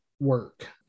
work